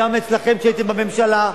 גם אצלכם כשהייתם בממשלה,